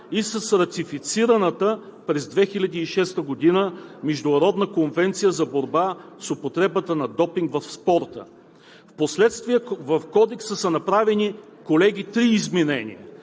и с ратифицираната през 2006 г. Международна конвенция за борба с употребата на допинг в спорта. Впоследствие в Кодекса са направени, колеги, три изменения